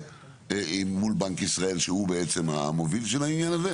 ועם מול בנק ישראל שהוא בעצם המוביל לעניין הזה,